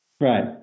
Right